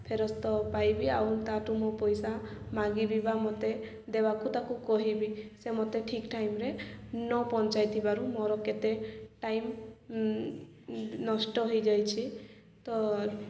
ଫେରସ୍ତ ପାଇବି ଆଉ ତାଠୁ ମୁଁ ପଇସା ମାଗିବି ବା ମୋତେ ଦେବାକୁ ତାକୁ କହିବି ସେ ମୋତେ ଠିକ୍ ଟାଇମ୍ରେ ନ ପହଞ୍ଚାଇ ଥିବାରୁ ମୋର କେତେ ଟାଇମ୍ ନଷ୍ଟ ହେଇଯାଇଛି ତ